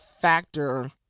factor